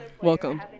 Welcome